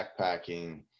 backpacking